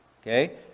okay